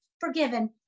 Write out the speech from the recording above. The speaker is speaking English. forgiven